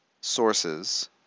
sources